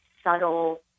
subtle